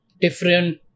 different